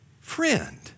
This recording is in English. friend